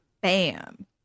bam